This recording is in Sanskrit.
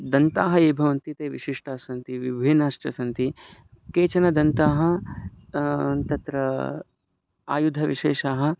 दन्ताः ये भवन्ति ते विशिष्टास्सन्ति विभिन्नाश्च सन्ति केचन दन्ताः तत्र आयुधविशेषाः